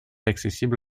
accessible